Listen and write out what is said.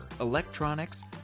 electronics